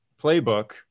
playbook